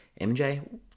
mj